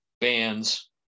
bands